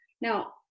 Now